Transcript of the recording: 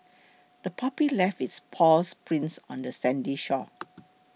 the puppy left its paw prints on the sandy shore